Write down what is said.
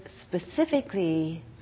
specifically